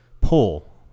pull